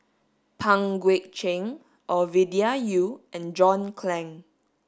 Pang Guek Cheng Ovidia Yu and John Clang